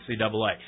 NCAA